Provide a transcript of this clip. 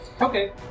Okay